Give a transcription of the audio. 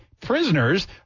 prisoners